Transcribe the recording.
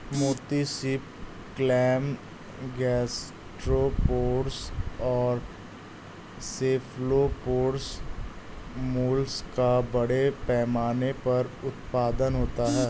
मोती सीप, clam, gastropods और सेफलोपोड्स मोलस्क का बड़े पैमाने पर उत्पादन होता है